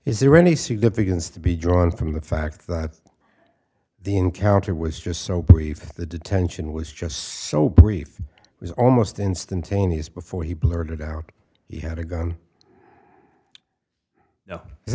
is there any significance to be drawn from the fact that the encounter was just so brief the detention was just so brief it was almost instantaneous before he blurted out he had a gun now it's